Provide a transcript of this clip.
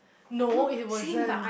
no it wasn't